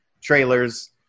trailers